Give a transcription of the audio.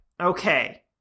Okay